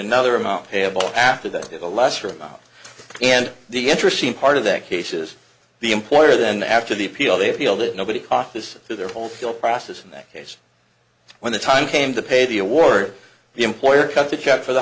another amount payable after that if a lesser amount and the interesting part of that case is the employer then after the appeal they appealed it nobody office through their whole feel process in that case when the time came to pay the award the employer cut the cut for the